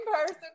person